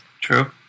True